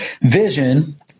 Vision